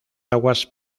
aguas